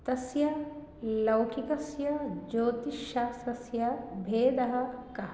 तस्य लौकिकस्य ज्योतिषशास्त्रस्य भेदः कः